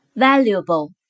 valuable